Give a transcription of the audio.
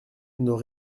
nos